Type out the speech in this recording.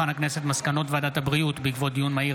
מסקנות ועדת הבריאות בעקבות דיון מהיר